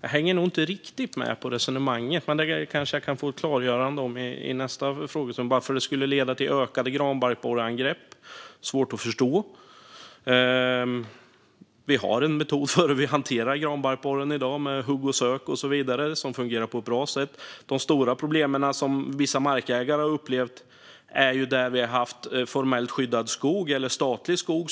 Jag hänger nog inte riktigt med i resonemanget, men jag kanske kan få ett klargörande i nästa replik. Varför skulle det leda till ökade granbarkborreangrepp? Det är svårt att förstå. Vi har en metod för hur vi hanterar granbarkborren i dag, med hugg och sök och så vidare, som fungerar på ett bra sätt. De stora problem som vissa markägare upplevt har uppstått när de här frågorna inte har hanterats i formellt skyddad skog eller statlig skog.